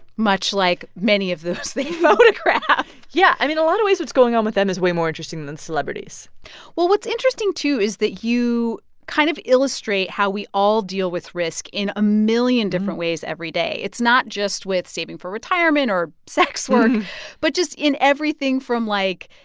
much like many of those they photograph yeah. i mean, in a lot of ways, what's going on with them is way more interesting than celebrities well, what's interesting, too, is that you kind of illustrate how we all deal with risk in a million different ways every day. it's not just with saving for retirement or sex work but just in everything from, like,